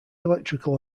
electrical